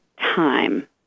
time